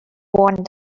one